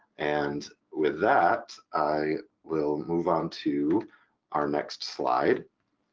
and with that i will move on to our next slide.